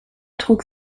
trug